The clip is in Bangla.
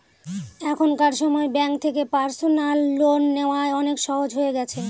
এখনকার সময় ব্যাঙ্ক থেকে পার্সোনাল লোন নেওয়া অনেক সহজ হয়ে গেছে